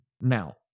Now